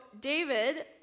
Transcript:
David